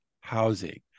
housing